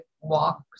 walk